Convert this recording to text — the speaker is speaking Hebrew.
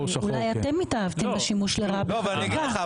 אולי אתם התאהבתם בשימוש לרעה.